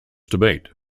debate